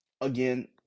again